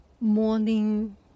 morning